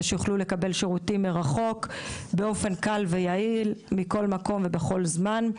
שיוכלו לקבל שירותים מרחוק באופן קל ויעיל מכל מקום ובכל זמן,